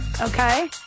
Okay